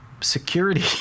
security